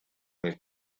nel